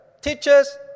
teachers